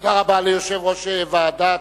תודה רבה ליושב-ראש הוועדה.